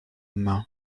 main